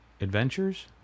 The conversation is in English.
Adventures